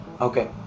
okay